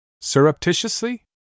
Surreptitiously